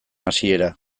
hasiera